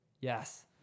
Yes